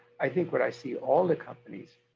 i think what i see, all the companies,